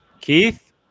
Keith